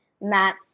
matt